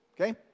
Okay